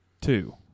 two